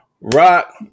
Rock